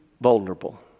vulnerable